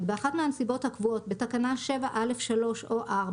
באחת מהנסיבות הקבועות בתקנה 7(א)(3) או (א),